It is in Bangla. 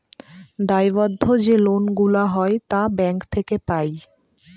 দায়বদ্ধ যে লোন গুলা হয় তা ব্যাঙ্ক থেকে পাই